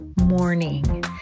morning